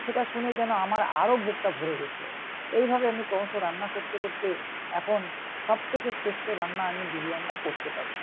সেটা শুনে যেন আমার আরও বুকটা ভরে গিয়েছিল এইভাবে আমি ক্রমশ রান্না করতে করতে এখন সবথেকে শ্রেষ্ঠ রান্না আমি বিরিয়ানিটা করতে পারি